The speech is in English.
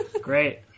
Great